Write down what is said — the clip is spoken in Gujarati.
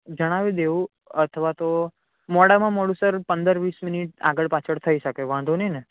જણાવી દેવું અથવા તો મોડામાં મોડું સર પંદર વીસ મિનિટ આગળ પાછળ થઈ શકે વાંધો નહીં ને